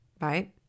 right